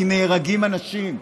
כי נהרגים אנשים,